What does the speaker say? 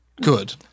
Good